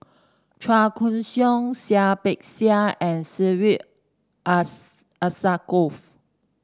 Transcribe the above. Chua Koon Siong Seah Peck Seah and Syed Alsagoff